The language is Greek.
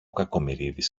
κακομοιρίδης